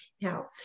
Now